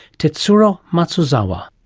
tetsuro matsuzawa.